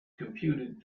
computed